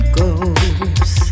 goes